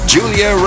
Julia